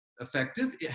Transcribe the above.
effective